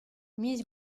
miz